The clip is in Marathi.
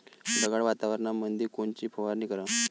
ढगाळ वातावरणामंदी कोनची फवारनी कराव?